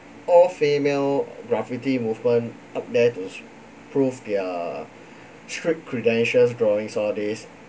all female graffiti movement up there to prove their street credentials drawings all this